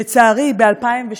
לצערי, ב-2017,